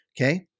okay